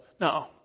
No